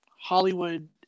Hollywood